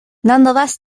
nonetheless